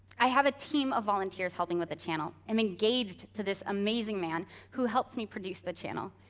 i have a team of volunteers helping with the channel. i'm engaged to this amazing man who helps me produce the channel,